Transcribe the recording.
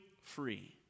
free